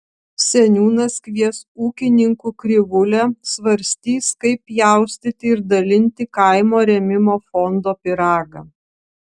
seniūnas kvies ūkininkų krivūlę svarstys kaip pjaustyti ir dalinti kaimo rėmimo fondo pyragą